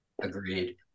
Agreed